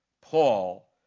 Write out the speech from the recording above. Paul